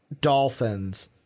dolphins